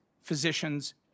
physicians